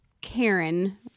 Karen